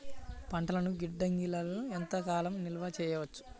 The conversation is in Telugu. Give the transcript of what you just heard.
పంటలను గిడ్డంగిలలో ఎంత కాలం నిలవ చెయ్యవచ్చు?